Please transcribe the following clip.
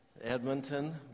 Edmonton